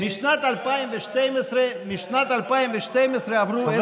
משנת 2012 עברו עשר שנים.